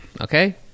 okay